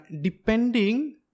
Depending